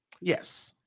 Yes